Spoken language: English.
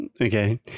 Okay